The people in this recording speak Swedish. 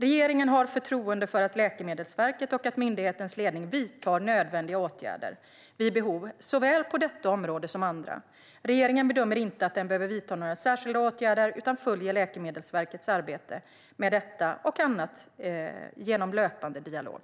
Regeringen har förtroende för att Läkemedelsverket och myndighetens ledning vidtar nödvändiga åtgärder vid behov på såväl detta område som andra. Regeringen bedömer inte att den behöver vidta några särskilda åtgärder utan följer Läkemedelsverkets arbete med detta och annat genom löpande dialog.